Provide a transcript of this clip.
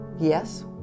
Yes